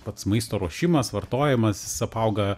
pats maisto ruošimas vartojimas jis apauga